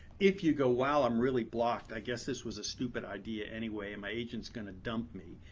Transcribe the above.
if you go, wow, i'm really blocked. i guess this was a stupid idea anyway and my agent is going to dump me.